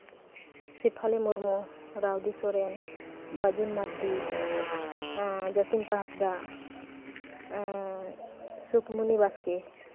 Sephali Murmu Raudi Soren Bajun Mardi Jasinta Hansda Sukmoni Baske